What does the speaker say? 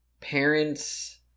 parents